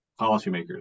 policymakers